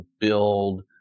build